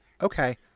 okay